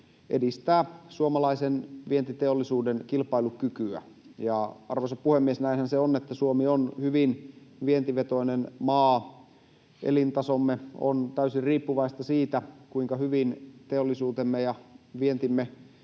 edistää suomalaisen vientiteollisuuden kilpailukykyä. Arvoisa puhemies! Näinhän se on, että Suomi on hyvin vientivetoinen maa. Elintasomme on täysin riippuvaista siitä, kuinka hyvin teollisuutemme ja vientimme